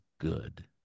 good